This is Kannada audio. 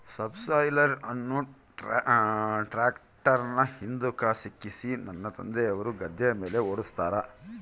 ಸಬ್ಸಾಯಿಲರ್ ಅನ್ನು ಟ್ರ್ಯಾಕ್ಟರ್ನ ಹಿಂದುಕ ಸಿಕ್ಕಿಸಿ ನನ್ನ ತಂದೆಯವರು ಗದ್ದೆಯ ಮೇಲೆ ಓಡಿಸುತ್ತಾರೆ